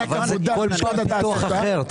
בכל פעם זה פיתוח אחר.